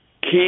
Keep